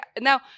now